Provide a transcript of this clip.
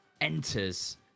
enters